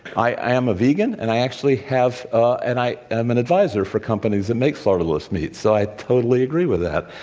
i am a vegan, and i actually have and i am an advisor for companies that make slaughter-less meat. so i totally agree with that,